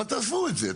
אבל תעזבו את זה.